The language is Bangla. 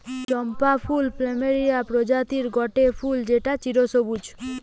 চম্পা ফুল প্লুমেরিয়া প্রজাতির গটে ফুল যেটা চিরসবুজ